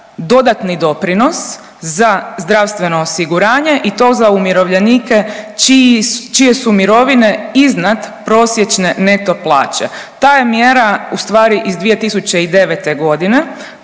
dodatni doprinos za zdravstveno osiguranje i to za umirovljenike čiji su, čije su mirovine iznad prosječne neto plaće. Ta je mjera ustvari iz 2009. godine